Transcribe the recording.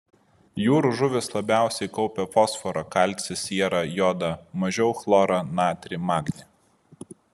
jūrų žuvys labiau kaupia fosforą kalcį sierą jodą mažiau chlorą natrį magnį